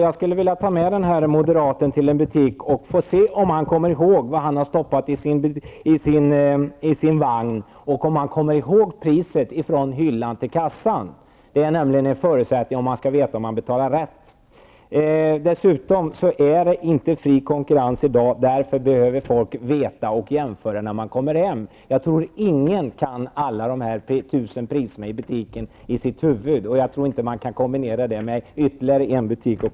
Jag skulle vilja ta med moderaten som hoppat på mig till en butik och se om han kommer ihåg från hyllan till kassan vad varorna kostar som han har stoppat i sin vagn. Det är nämligen en förutsättning för att man skall veta om man har betalat rätt. Dessutom är det inte fri konkurrens i dag. Därför behöver folk veta och jämföra när de kommer hem. Jag tror att ingen kan komma ihåg alla de här tusen priserna i butiken -- och kombinera dem med priserna i ytterligare en butik.